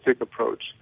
approach